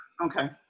Okay